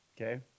okay